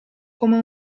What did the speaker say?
come